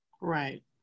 right